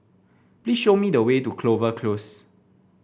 please show me the way to Clover Close